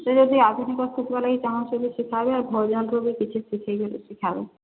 ସେ ଯଦି ଆଧୁନିକ ଶିଖିବାର୍ ଲାଗି ଚାଁହୁଛି ବି ସିଖାବେ ଆର୍ ଭଜନର ବି କିଛି ଶିଖାଇ ଦେଲେ ଶିଖାବେ